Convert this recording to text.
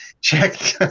check